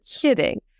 kidding